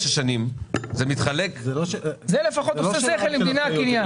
השנים זה מתחלק --- זה לפחות עושה שכל עם דיני הקניין.